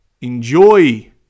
Enjoy